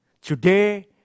Today